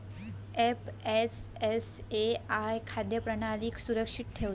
FSSAI खाद्य प्रणालीक सुरक्षित ठेवता